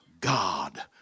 God